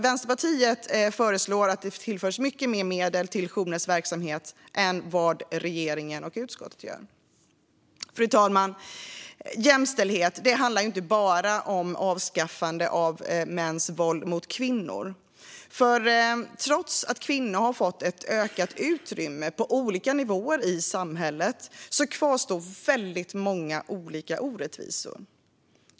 Vänsterpartiet föreslår därför att det tillförs mycket mer medel till jourernas verksamhet än vad regeringen och utskottet gör. Fru talman! Jämställdhet handlar ju inte bara om avskaffande av mäns våld mot kvinnor, för trots att kvinnor har fått ett ökat utrymme på olika nivåer i samhället kvarstår väldigt många olika orättvisor.